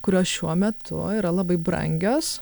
kurios šiuo metu yra labai brangios